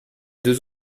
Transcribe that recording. deux